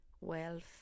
wealth